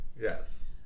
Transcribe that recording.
yes